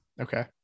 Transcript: okay